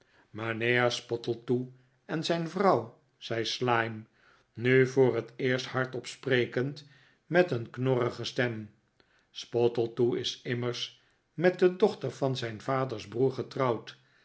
mijnheer spottletoe en zijn vrouw zei slyme nu voor het eerst hardop sprekend met een knorrige stem spottletoe is immers met de dochter van mijn vaders broer getrouwd